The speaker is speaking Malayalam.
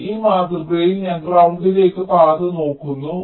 അതിനാൽ ഈ മാതൃകയിൽ ഞാൻ ഗ്രൌണ്ടിലേക്കുള്ള പാത നോക്കുന്നു